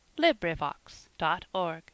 LibriVox.org